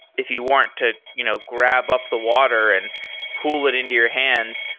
if you weren't to you know grab up the water and pull it into your hands,